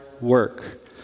work